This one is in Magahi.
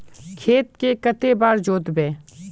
खेत के कते बार जोतबे?